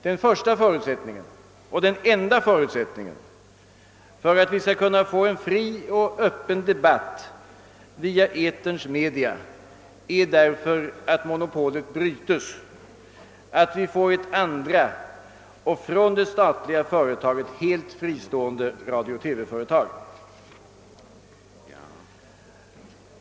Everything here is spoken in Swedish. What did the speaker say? Den första förutsättningen — och den enda förutsättningen — för att vi skall kunna få en fri och öppen debatt via etermedia är därför att monopolet brytes, att vi får ett andra och från det statliga företaget helt fristående radiooch televisionsföretag.